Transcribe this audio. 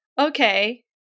okay